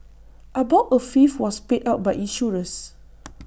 about A fifth was paid out by insurers